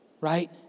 right